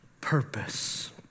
purpose